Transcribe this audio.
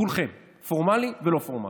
כולכם, פורמלי ולא פורמלי.